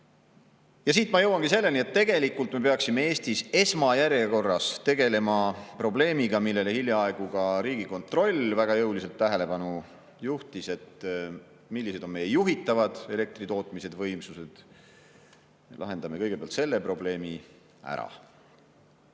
Ja siit ma jõuangi selleni, et tegelikult me peaksime Eestis esmajärjekorras tegelema probleemiga – millele hiljaaegu ka Riigikontroll väga jõuliselt tähelepanu juhtis –, millised on meie juhitavad elektritootmised ja võimsused. Lahendame kõigepealt selle probleemi ära.